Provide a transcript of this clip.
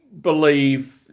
believe